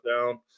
down